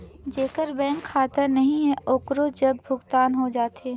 जेकर बैंक खाता नहीं है ओकरो जग भुगतान हो जाथे?